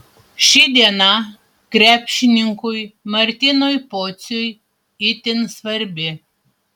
ši diena krepšininkui martynui pociui itin svarbi